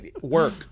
work